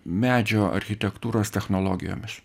medžio architektūros technologijomis